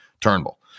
Turnbull